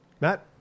Matt